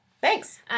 Thanks